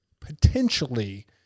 potentially